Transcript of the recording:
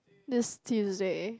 this Tuesday